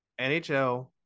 NHL